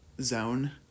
zone